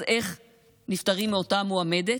אז איך נפטרים מאותה מועמדת?